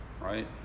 right